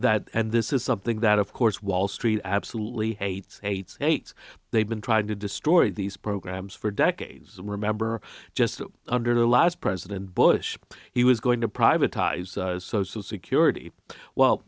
that and this is something that of course wall street absolutely hates eighty eight they've been tried to destroy these programs for decades remember just under the last president bush he was going to privatizing social security well